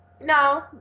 No